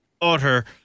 utter